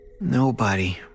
Nobody